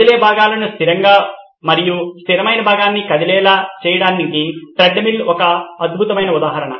కదిలే భాగాలను స్థిరంగా మరియు స్థిరమైన భాగాన్ని కదిలించేలా చేయడానికి ట్రెడ్మిల్ ఒక అద్భుతమైన ఉదాహరణ